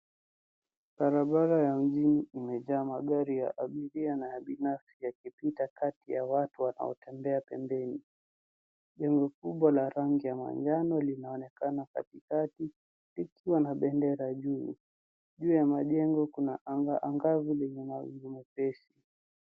Barabara ya mjini umejaa magari ya abiria na ya binafsi yakipita kati ya watu wanaotembea pembeni. Jengo kubwa la rangi ya manjano linaonekana katikati likiwa na bendera juu. Juu ya majengo kuna anga angavu lenye mawingu mepesi.